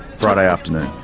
friday afternoon,